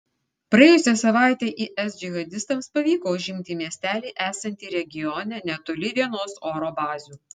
praėjusią savaitę is džihadistams pavyko užimti miestelį esantį regione netoli vienos oro bazių